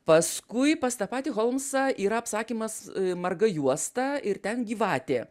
paskui pas tą patį holmsą yra apsakymas marga juosta ir ten gyvatė